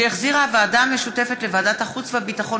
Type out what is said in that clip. שהחזירה הוועדה המשותפת לוועדת החוץ והביטחון